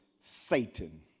Satan